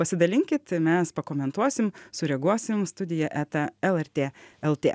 pasidalinkit mes pakomentuosim sureaguosim studija eta lrt lt